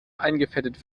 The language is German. eingefettet